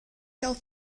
gael